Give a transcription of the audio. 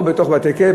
או בתוך בתי-כלא,